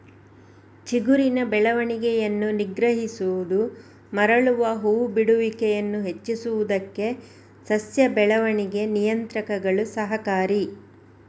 ಚಿಗುರಿನ ಬೆಳವಣಿಗೆಯನ್ನು ನಿಗ್ರಹಿಸುವುದು ಮರಳುವ ಹೂ ಬಿಡುವಿಕೆಯನ್ನು ಹೆಚ್ಚಿಸುವುದಕ್ಕೆ ಸಸ್ಯ ಬೆಳವಣಿಗೆ ನಿಯಂತ್ರಕಗಳು ಸಹಕಾರಿ